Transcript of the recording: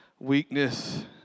Weakness